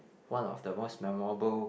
one of the most memorable